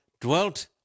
dwelt